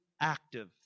active